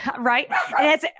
right